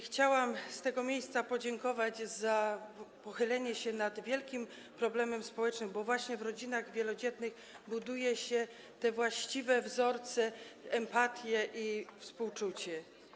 Chciałam z tego miejsca podziękować za pochylenie się nad wielkim problemem społecznym, bo właśnie w rodzinach wielodzietnych buduje się właściwe wzorce, empatię i współczucie.